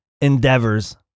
endeavors